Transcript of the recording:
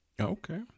Okay